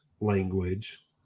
language